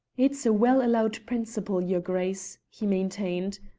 it's a well-allowed principle, your grace, he maintained.